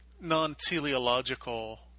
non-teleological